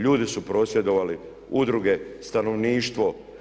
Ljudi su prosvjedovali, udruge, stanovništvo.